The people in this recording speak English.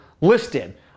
listed